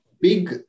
big